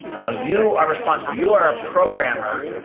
you know you are responsible, you are a programmer,